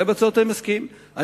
היטל בצורת אני מסכים.